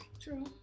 true